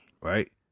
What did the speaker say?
right